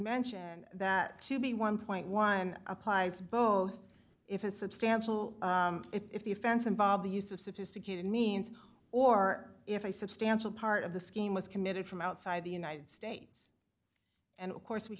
mention that to be one point one applies both if a substantial if the offense involved the use of sophisticated means or if a substantial part of the scheme was committed from outside the united states and of course we